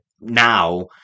now